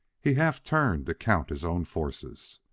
he half turned to count his own forces.